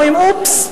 אומרים: אופס,